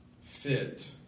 fit